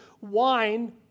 Wine